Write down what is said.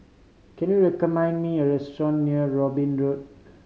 can you recommend me a restaurant near Robin Road